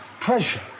pressure